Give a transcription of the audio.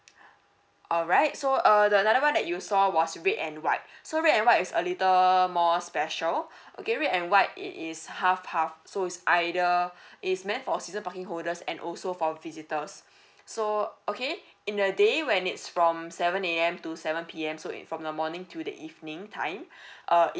alright so uh the another one that you saw was red and white so red and white is a little more special okay red and white it is half half so is either it's meant for season parking holders and also for visitors so okay in a day when it's from seven A_M to seven P_M so it from a morning to the evening time uh it